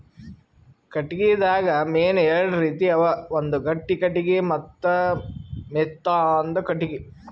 ಕಟ್ಟಿಗಿದಾಗ್ ಮೇನ್ ಎರಡು ರೀತಿ ಅವ ಒಂದ್ ಗಟ್ಟಿ ಕಟ್ಟಿಗಿ ಮತ್ತ್ ಮೆತ್ತಾಂದು ಕಟ್ಟಿಗಿ